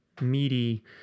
meaty